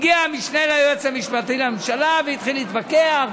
הגיע המשנה ליועץ המשפטי לממשלה והתחיל להתווכח,